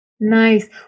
Nice